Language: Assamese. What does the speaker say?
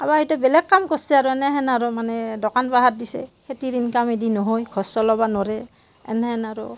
কোনোবাই হয়টো বেলেগ কাম কৰিছে আৰু এনেহেন আৰু মানে দোকান পোহাৰ দিছে খেতিৰ ইনকামেদি নহয় ঘৰ চলাব নোৱাৰে এনেহেন আৰু